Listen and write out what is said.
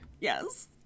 yes